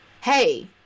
Hey